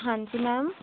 ਹਾਂਜੀ ਮੈਮ